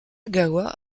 gawa